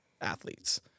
athletes